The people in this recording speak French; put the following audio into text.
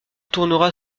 tournera